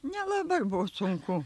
nelabai buvo sunku